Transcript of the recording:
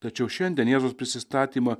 tačiau šiandien jėzaus prisistatymą